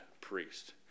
priest